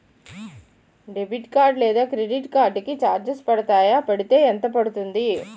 Debit card లేదా credit card కి charges పడతాయా? పడితే ఎంత పడుతుంది?